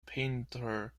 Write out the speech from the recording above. painter